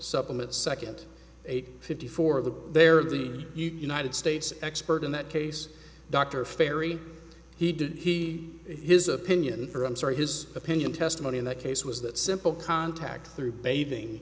supplement second eight fifty four of the they are the united states expert in that case dr ferry he did he his opinion or i'm sorry his opinion testimony in that case was that simple contact through bathing